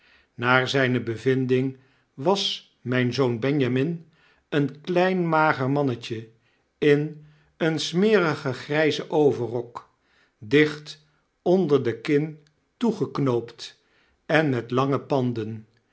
naar zyne bevinding was mijn zoon benjamin een klein mager mannetje in een smerigen grijzen overrok dicht onder de kin toegeknoopt en met lange panden